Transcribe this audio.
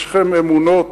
יש לכם אמונות,